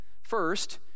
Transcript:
first